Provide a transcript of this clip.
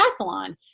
triathlon